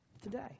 Today